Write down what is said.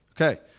Okay